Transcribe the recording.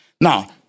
Now